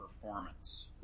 performance